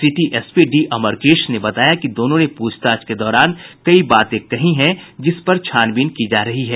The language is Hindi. सिटी एसपी डी अमरकेश ने बताया कि दोनों ने पूछताछ के दौरान कई बातें कही है जिसपर छानबीन की जा रही है